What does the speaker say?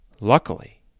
Luckily